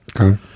Okay